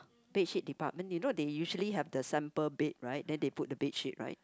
bedsheet department you know they usually have the sample bed right then they put the bedsheet right